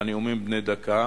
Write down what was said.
הנאומים בני דקה,